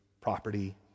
property